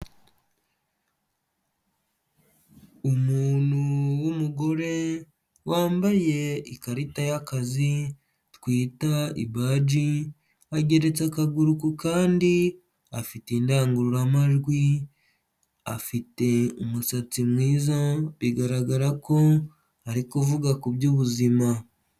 Umuntu w'umugore wambaye ikarita y'akazi twita ibaji, ageretse akaguru kandi, afite indangururamajwi, afite umusatsi mwiza bigaragara ko ari kuvuga ku by'ubuzima.